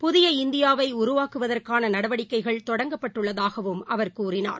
புதிய இந்தியாவை உருவாக்குவதற்கான நடவடிக்கைகள் தொடங்கப்பட்டுள்ளதாகவும் அவர் கூறினார்